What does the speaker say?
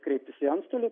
kreiptis į antstolį